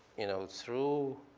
you know, through